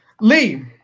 Lee